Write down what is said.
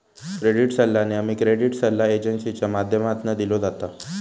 credit सल्ला नेहमी credit सल्ला एजेंसींच्या माध्यमातना दिलो जाता